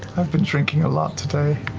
i've been drinking a lot, today.